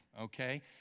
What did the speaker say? okay